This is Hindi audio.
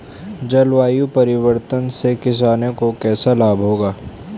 जलवायु परिवर्तन से किसानों को कैसे लाभ होगा?